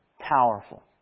powerful